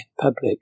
public